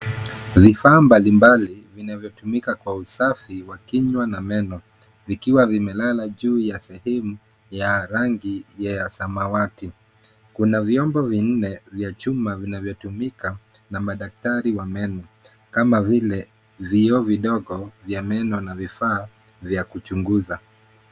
Vifaa mbalimbali vinavyotumika kwa usafi wa kinywa na meno, vikiwa vimelala juu ya sehemu ya rangi ya samawati. Kuna vyombo vinne vya chuma vinavyotumika na madaktari wa meno kama vile vioo vidogo vya meno na vifaa vya kuchunguza.